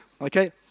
Okay